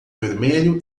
vermelho